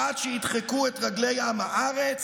עד שידחקו את רגלי עם הארץ,